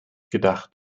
gedacht